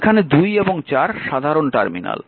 এখানে 2 এবং 4 সাধারণ টার্মিনাল